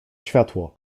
światło